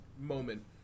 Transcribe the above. moment